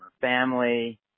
family